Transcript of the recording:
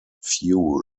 fuel